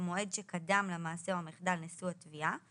במועד שקדם למעשה או המחדל נשוא התביעה,